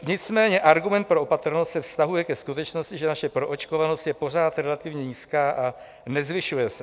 Nicméně argument pro opatrnost se vztahuje ke skutečnosti, že naše proočkovanost je pořád relativně nízká a nezvyšuje se.